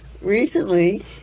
Recently